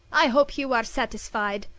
i hope you are satisfied!